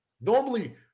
Normally